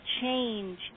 change